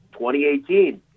2018